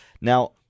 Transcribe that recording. Now